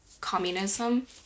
communism